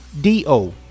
D-O